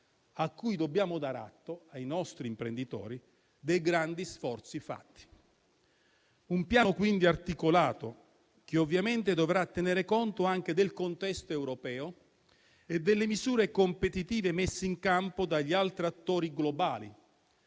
e dobbiamo dare atto ai nostri imprenditori dei grandi sforzi fatti. Si tratta, quindi, di un piano articolato, che ovviamente dovrà tener conto anche del contesto europeo e delle misure competitive messe in campo dagli altri attori globali